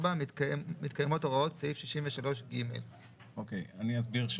(4)מתקיימות הוראות סעיף 63ג,"; אוקיי, אני אסביר.